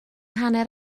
hanner